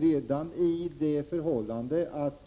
Redan det förhållandet att